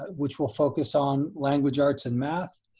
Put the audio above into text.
which will focus on language, arts and math.